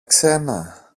ξένα